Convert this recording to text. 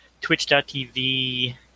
twitch.tv